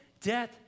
death